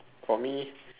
for me